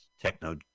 techno